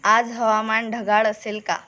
आज हवामान ढगाळ असेल का